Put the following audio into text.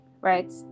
right